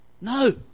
No